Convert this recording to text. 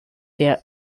der